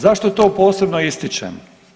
Zašto to posebno ističem?